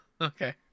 Okay